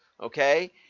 okay